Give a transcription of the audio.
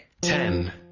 Ten